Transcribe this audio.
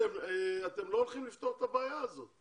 אתם לא הולכים לפתור את הבעיה הזאת.